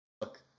look